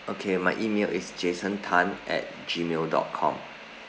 okay my email is jason tan at gmail dot com